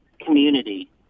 community